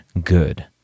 good